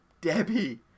Debbie